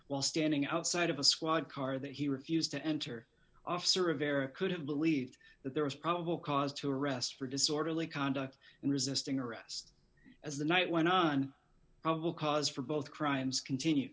while standing outside of a squad car that he refused to enter officer of error could have believed that there was probable cause to arrest for disorderly conduct and resisting arrest as the night went on will cause for both crimes continued